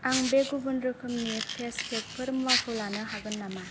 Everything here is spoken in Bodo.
आं बे गुबुन रोखोमनि फेस पेकफोर मुवाखौ लानो हागोन नामा